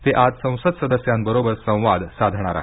ते आज संसद सदस्यांबरोबर संवाद साधणार आहेत